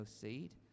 seed